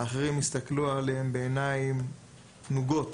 האחרים יסתכלו עליהם בעיניים נוגות